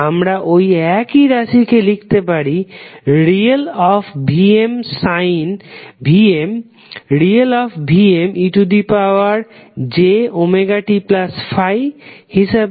আমরা ঐ একই রাশিকে লিখতে পারি ReVmejωt∅ হিসাবে